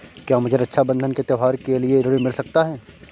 क्या मुझे रक्षाबंधन के त्योहार के लिए ऋण मिल सकता है?